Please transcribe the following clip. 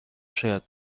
شاید